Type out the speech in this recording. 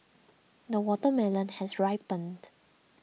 the watermelon has ripened